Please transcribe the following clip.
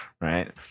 right